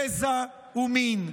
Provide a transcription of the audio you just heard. גזע ומין.